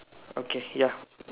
okay ya